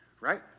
Right